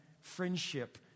friendship